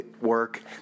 work